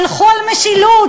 הלכו על משילות,